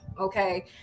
Okay